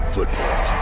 Football